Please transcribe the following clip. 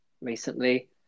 recently